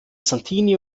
santini